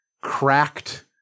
cracked